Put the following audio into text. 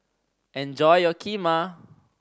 enjoy your Kheema